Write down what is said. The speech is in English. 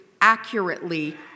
accurately